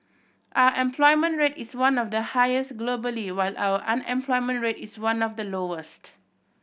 our employment rate is one of the highest globally while our unemployment rate is one of the lowest